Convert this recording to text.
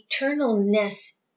eternalness